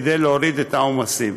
כדי להוריד את העומסים.